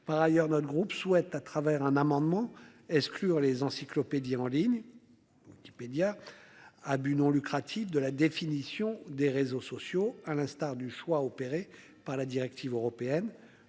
Par ailleurs, notre groupe souhaite à travers un amendement excluant les encyclopédie en ligne. Wikipédia à but non lucratif de la définition des réseaux sociaux, à l'instar du choix opéré par la directive européenne.